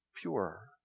pure